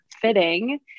fitting